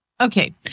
Okay